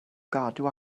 gadw